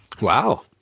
Wow